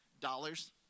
dollars